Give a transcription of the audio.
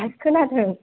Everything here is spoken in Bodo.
दासो खोनादों